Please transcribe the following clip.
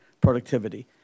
productivity